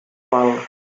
vol